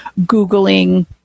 Googling